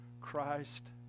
Christ